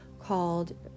called